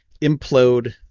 implode